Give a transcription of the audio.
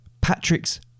Patrick's